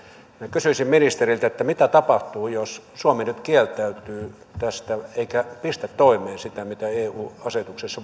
kysyisin ministeriltä mitä tapahtuu jos suomi nyt kieltäytyy tästä eikä pistä toimeen sitä mitä eu asetuksessa